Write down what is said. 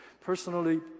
personally